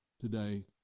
today